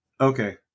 Okay